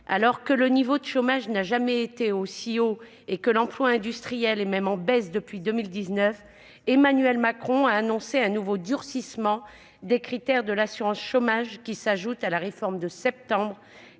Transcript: Alors que le niveau de chômage n'a jamais été aussi élevé et que l'emploi industriel est en baisse depuis 2019, Emmanuel Macron a annoncé un nouveau durcissement des critères de l'assurance chômage, qui s'ajoute à la réforme de septembre